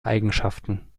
eigenschaften